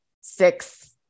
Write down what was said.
six